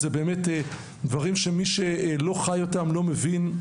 אלה באמת דברים שמי שלא חי אותם לא מבין.